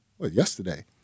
yesterday